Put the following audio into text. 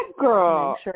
girl